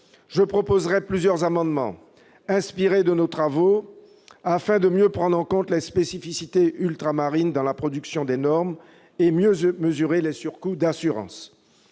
je défendrai plusieurs amendements, inspirés de nos travaux, tendant à mieux prendre en compte les spécificités ultramarines dans la production des normes et à mieux mesurer les surcoûts d'assurances.